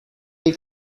wir